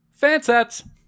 Fansets